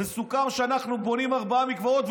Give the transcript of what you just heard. וסוכם שאנחנו בונים ארבעה מקוואות,